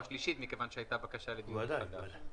ושלישית מכיוון שהייתה בקשה לדיון מחדש.